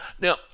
Now